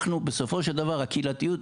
בסופו של דבר אנחנו עוסקים בקהילתיות.